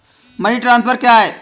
Money transfer क्या है?